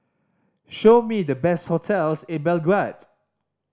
show me the best hotels in Belgrade